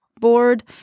board